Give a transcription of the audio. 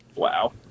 wow